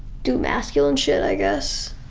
do masculine shit i guess.